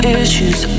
issues